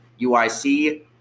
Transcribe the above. UIC